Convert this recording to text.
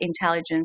intelligence